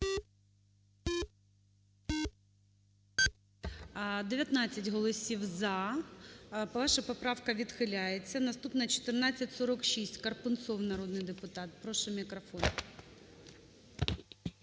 13:48:16 За-19 Ваша поправка відхиляється. Наступна 1446, Карпунцов народний депутат. Прошу мікрофон.